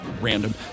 random